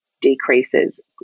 decreases